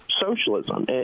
socialism